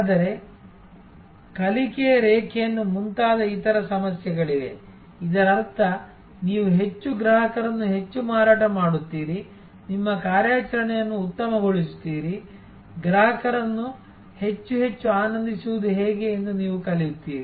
ಆದರೆ ಕಲಿಕೆಯ ರೇಖೆಯನ್ನು ಮುಂತಾದ ಇತರ ಸಮಸ್ಯೆಗಳಿವೆ ಇದರರ್ಥ ನೀವು ಹೆಚ್ಚು ಗ್ರಾಹಕರನ್ನು ಹೆಚ್ಚು ಮಾರಾಟ ಮಾಡುತ್ತೀರಿ ನಿಮ್ಮ ಕಾರ್ಯಾಚರಣೆಯನ್ನು ಉತ್ತಮಗೊಳಿಸುತ್ತೀರಿ ಗ್ರಾಹಕರನ್ನು ಹೆಚ್ಚು ಹೆಚ್ಚು ಆನಂದಿಸುವುದು ಹೇಗೆ ಎಂದು ನೀವು ಕಲಿಯುತ್ತೀರಿ